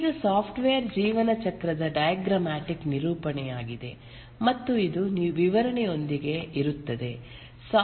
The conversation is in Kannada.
ಇದು ಸಾಫ್ಟ್ವೇರ್ ಜೀವನ ಚಕ್ರದ ಡೈಗ್ರಾಮ್ಮ್ಯಾಟಿಕ್ ನಿರೂಪಣೆಯಾಗಿದೆ ಮತ್ತು ಇದು ವಿವರಣೆಯೊಂದಿಗೆ ಇರುತ್ತದೆ